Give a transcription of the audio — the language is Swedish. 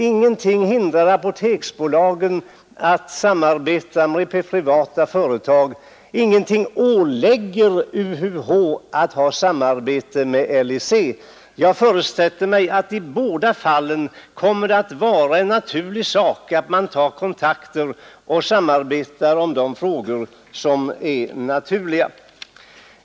Ingenting hindrar Apoteksbolaget från att samarbeta med privata företag, och ingenting ålägger UUH att ha samarbete med LIC. Jag föreställer mig att det i båda fallen kommer att vara självklart att man tar kontakter och samarbetar i frågor där detta är naturligt.